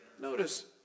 Notice